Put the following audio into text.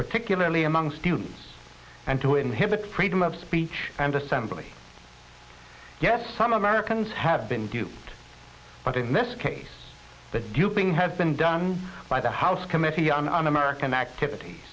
particularly among students and to inhibit freedom of speech and assembly get some americans have been duped but in this case the duping has been done by the house committee on un american activit